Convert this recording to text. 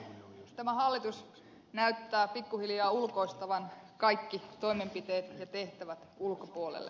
tämä hallitus näyttää pikkuhiljaa ulkoistavan kaikki toimenpiteet ja tehtävät ulkopuolelle